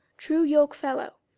true yokefellow,